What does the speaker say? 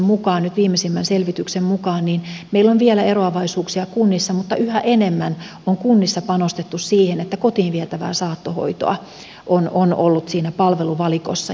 etenen viimeisimmän selvityksen mukaan meillä on vielä eroavaisuuksia kunnissa mutta yhä enemmän on kunnissa panostettu siihen että kotiin vietävää saattohoitoa on ollut siinä palveluvalikossa